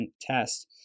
test